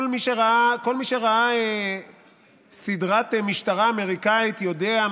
כל מי שראה סדרת משטרה אמריקאית יודע,